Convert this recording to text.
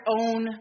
own